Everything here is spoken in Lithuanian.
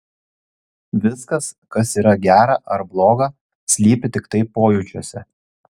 viskas kas yra gera ar bloga slypi tiktai pojūčiuose